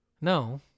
No